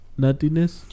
nuttiness